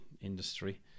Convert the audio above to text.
industry